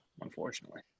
Unfortunately